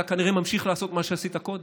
אתה כנראה ממשיך לעשות מה שעשית קודם.